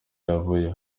yavuye